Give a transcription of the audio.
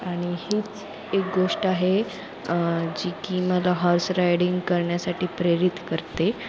आणि हीच एक गोष्ट आहे जी की मला हॉर्स रायडिंग करण्यासाठी प्रेरित करते